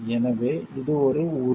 எனவே இது ஒரு உறுதி